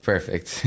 Perfect